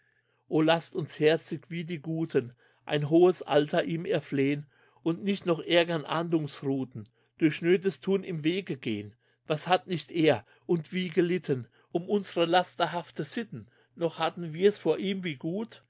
o lasst uns herzig wie die guten ein hohes alter ihm erflehn und nicht noch ärgern ahndungsruthen durch schnödes thun im wege gehen was hat nicht er und wie gelitten um unsre lasterhaften sitten noch hatten wir s vor ihm wie gut